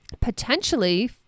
potentially